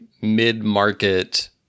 mid-market